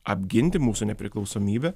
apginti mūsų nepriklausomybę